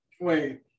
Wait